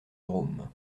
drôme